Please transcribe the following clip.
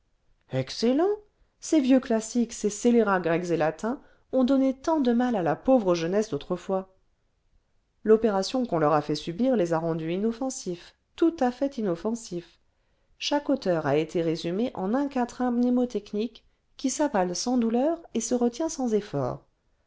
excellent ces vieux classiques ces scélérats grecs et latins ont donné tant de mal à la pauvre jeunesse d'autrefois l'opération qu'on leur a fait subir les a rendus inoffensifs tout à fait inoffensifs chaque auteur a été résumé en un quatrain mnémotechnique qui s'avale sans douleur et se retient sans effort